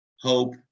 hope